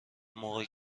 موقعی